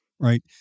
Right